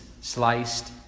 sliced